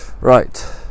Right